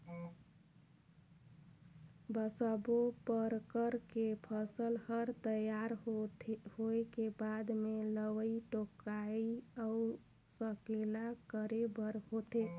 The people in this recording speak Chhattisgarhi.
सब्बो परकर के फसल हर तइयार होए के बाद मे लवई टोराई अउ सकेला करे बर परथे